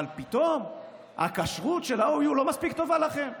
אבל פתאום הכשרות של ה-OU לא מספיק טובה לכם?